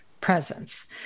presence